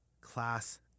class